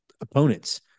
opponents